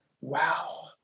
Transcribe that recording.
wow